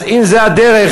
אז אם זו הדרך,